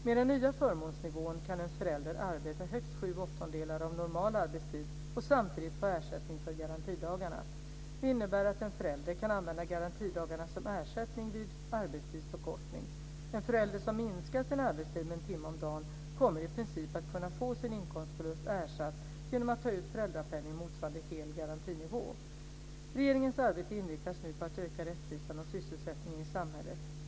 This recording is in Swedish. Med den nya förmånsnivån kan en förälder arbeta högst sju åttondelar av normal arbetstid och samtidigt få ersättning för garantidagarna. Detta innebär att en förälder kan använda garantidagarna som ersättning vid arbetstidsförkortning. En förälder som minskar sin arbetstid med en timme om dagen kommer i princip att kunna få sin inkomstförlust ersatt genom att ta ut föräldrapenning motsvarande hel garantinivå. Regeringens arbete inriktas nu på att öka rättvisan och sysselsättningen i samhället.